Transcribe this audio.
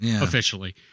Officially